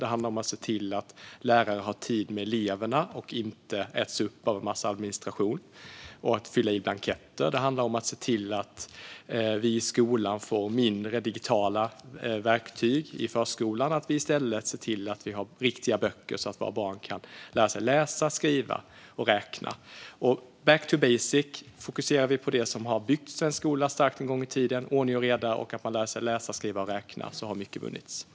Det handlar om att se till att lärare har tid med eleverna och inte äts upp av en massa administration och av att fylla i blanketter. Det handlar om att se till att förskolan och skolan får mindre digitala verktyg och att vi i stället ser till att det finns riktiga böcker så att våra barn kan lära sig läsa, skriva och räkna - back to basics. Då fokuserar vi på det som har byggt svensk skola stark en gång i tiden - ordning och reda samt att lära sig läsa, skriva och räkna. Då har mycket vunnits.